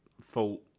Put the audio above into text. fault